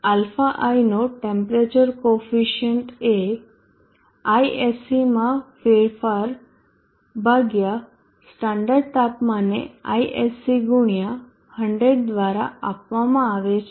ISC નો temperature coefficient αi એ ISC માં ફેરફાર ભાગ્યા સ્ટાન્ડર્ડ તાપમાને ISC ગુણ્યા 100 દ્વારા આપવામાં આવે છે